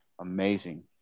amazing